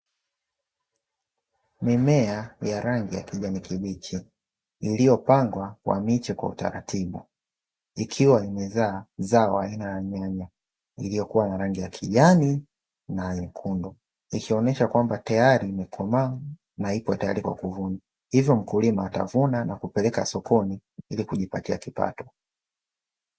Mimea ya rangi ya kijani kibichi, iliyopangwa kwa miche kwa utaratibu, ikiwa imezaa zao aina ya nyanya iliyokuwa na rangi ya kijani na nyekundu, ikionesha kwamba tayali imekomaa na ipo tayali kwa kuvunwa, hivyo mkulima atavuna na kupeleka sokoni hili kijipatia kipato.